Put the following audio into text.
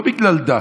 לא בגלל דת,